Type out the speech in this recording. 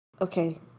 okay